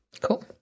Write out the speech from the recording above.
Cool